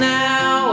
now